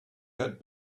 had